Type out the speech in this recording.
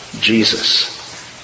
Jesus